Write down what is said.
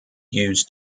used